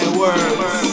words